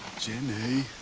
jenny